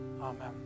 Amen